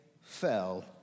fell